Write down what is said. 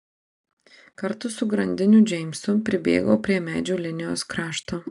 kartu su grandiniu džeimsu pribėgau prie medžių linijos krašto